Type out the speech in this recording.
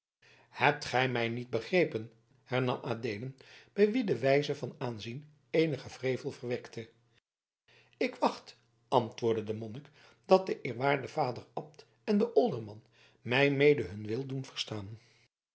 hebt gij mij niet begrepen hernam adeelen bij wien die wijze van aanzien eenigen wrevel verwekte ik wacht antwoordde de monnik dat de eerwaarde vader abt en de olderman mij mede hun wil doen verstaan